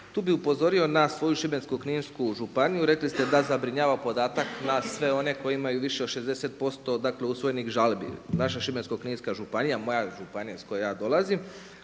Tu bi upozorio na svoju Šibensko-kninsku županiju, rekli ste da zabrinjava podatak nas sve one koje imaju više od 60% usvojenih žalbi. Naša Šibensko-kninska županija, moja županija iz koje ja dolazim,